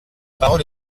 parole